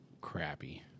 crappy